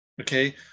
Okay